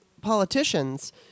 politicians